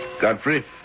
Godfrey